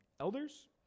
elders